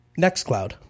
NextCloud